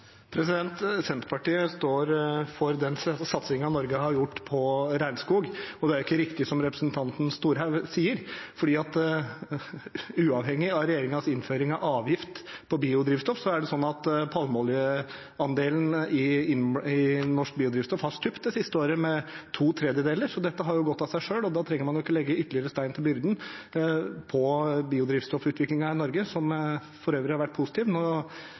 Senterpartiet står for den satsingen Norge har gjort på regnskog. Det er ikke riktig som representanten Storehaug sier, for uavhengig av regjeringens innføring av avgift på biodrivstoff er det sånn at palmeoljeandelen i norsk biodrivstoff har stupt det siste året, med to tredjedeler. Så dette har gått av seg selv, og da trenger man ikke legge ytterligere stein til byrden på biodrivstoffutviklingen i Norge, som for øvrig har vært positiv. Regjeringens opprinnelige forslag ville bidratt til å gjøre at det som tidligere var et gulv, nå